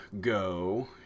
go